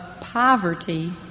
poverty